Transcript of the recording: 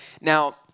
Now